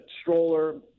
stroller